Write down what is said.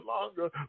longer